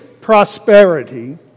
prosperity